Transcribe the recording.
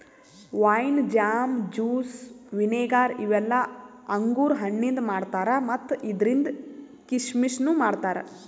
wine, jam, juice, vinegar ಇವೆಲ್ಲ ಅಂಗುರ್ ಹಣ್ಣಿಂದ್ ಮಾಡ್ತಾರಾ ಮತ್ತ್ ಇದ್ರಿಂದ್ ಕೀಶಮಿಶನು ಮಾಡ್ತಾರಾ